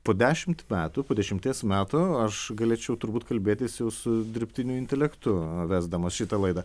po dešimt metų po dešimties metų aš galėčiau turbūt kalbėtis jau su dirbtiniu intelektu vesdamas šitą laidą